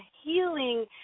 healing